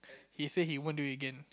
he say he wouldn't do it again